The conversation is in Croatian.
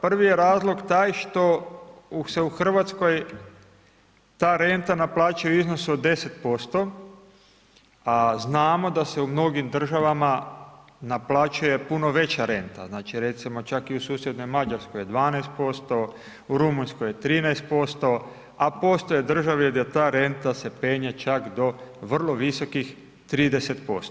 Prvi razlog taj što se u RH ta renta naplaćuje u iznosu od 10%, a znamo da se u mnogim državama naplaćuje puno veća renta, znači, recimo čak i u susjednoj Mađarskoj 12%, u Rumunjskoj 13%, a postoje države gdje ta renta se penje do čak vrlo visokih 30%